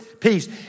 peace